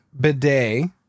bidet